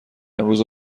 امروز